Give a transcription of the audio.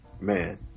Man